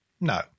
No